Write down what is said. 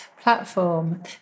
platform